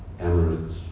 emirates